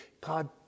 God